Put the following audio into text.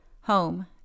home